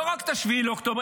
לא רק 7 באוקטובר,